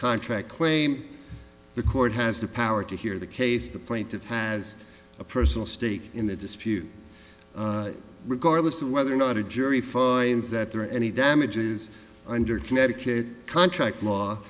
contract claim the court has the power to hear the case the plaintive has a personal stake in the dispute regardless of whether or not a jury finds that there are any damages under connecticut contract law